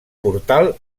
portal